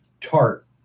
tart